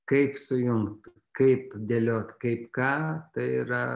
kaip sujungt kaip dėliot kaip ką tai yra